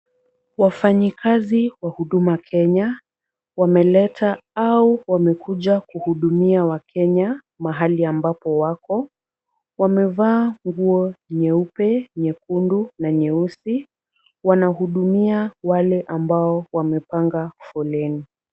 Wafanyikazi wa huduma kenya, wameleta au wamekuja kuhudumia wa kenya mahali ambako wako. Wamevaa nguo nyeupe, nyekundu na nyeusi, wanahudumia wale ambao wamepanga foleni.